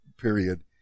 period